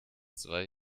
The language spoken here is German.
zwei